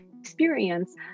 experience